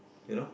you know